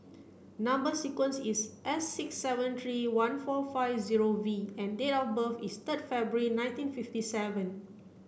number sequence is S six seven three one four five zero V and date of birth is third February nineteen fifty seven